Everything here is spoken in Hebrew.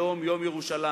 היום, יום ירושלים,